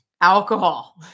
alcohol